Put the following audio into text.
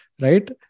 right